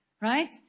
right